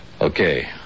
Okay